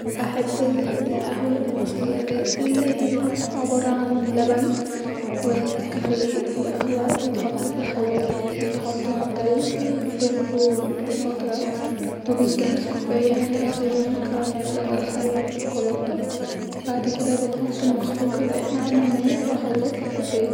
بحب لعبه سباق العربيات لاني بحب العربيات جدا بحب شكلهم و صوت الماتور بتاعهم فا-اكتر اللعب الي بحبها وبستمتع بيها لعبه سباق العربيات